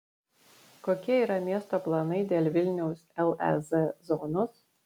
kokie yra miesto planai dėl vilniaus lez zonos